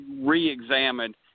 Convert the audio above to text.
re-examined